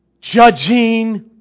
judging